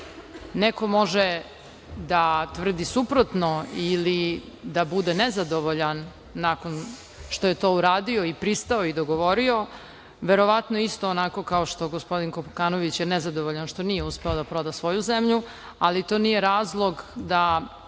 Neko može da tvrdi suprotno ili da bude nezadovoljan nakon što je to uradio i pristao i dogovorio verovatno isto onako kao što je gospodin Kokanović što nije uspeo da proda svoju zemlju, ali to nije razlog da